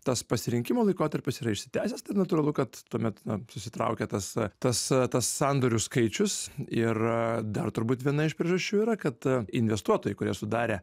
tas pasirinkimo laikotarpis yra išsitęsęs tad natūralu kad tuomet susitraukia tas tas tas sandorių skaičius ir dar turbūt viena iš priežasčių yra kad investuotojai kurie sudarė